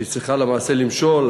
שהיא צריכה למעשה למשול,